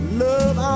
love